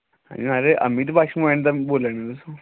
हां जी म्हाराज अमित बाशुमैन दा बोला ने तुस